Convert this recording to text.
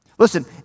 Listen